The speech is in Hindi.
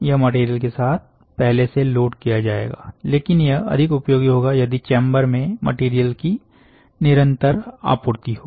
यह मटेरियल के साथ पहले से लोड किया जाएगा लेकिन यह अधिक उपयोगी होगा यदि चेंबर में मटेरियल की निरंतर आपूर्ति हो